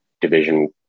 division